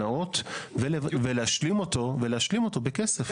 נאות ולהשלים אותו בכסף.